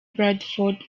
bradford